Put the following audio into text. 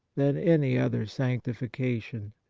than any other sanctification.